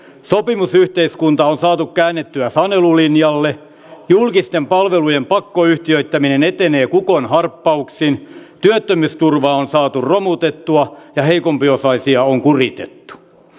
sopimusyhteiskunta on saatu käännettyä sanelulinjalle julkisten palvelujen pakkoyhtiöittäminen etenee kukonharppauksin työttömyysturvaa on saatu romutettua ja heikompiosaisia on kuritettu